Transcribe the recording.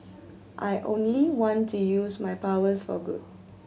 I only want to use my powers for good